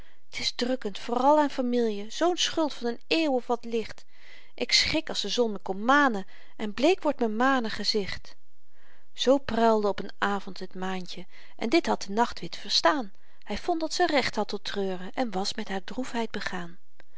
t is drukkend vooral aan famielje zoon schuld van n eeuw of wat licht ik schrik als de zon me komt manen en bleek wordt m'n mane gezicht zoo pruilde op een avend het maantje en dit had de nachtwind verstaan hy vond dat ze recht had tot treuren en was met haar droefheid begaan